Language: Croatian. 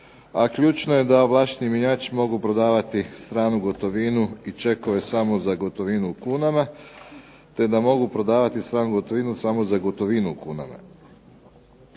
a ključno je da ovlašteni mjenjač mogu prodavati stranu gotovinu i čekove samo za gotovinu u kunama, te da mogu prodavati stranu gotovinu samo za gotovinu u kunama.